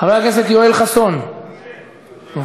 חבר הכנסת יואל חסון, מוותר.